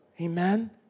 Amen